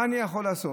מה אני יכול לעשות?